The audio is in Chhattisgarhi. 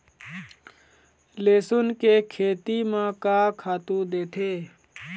लेसुन के खेती म का खातू देथे?